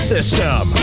System